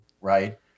right